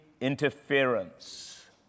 interference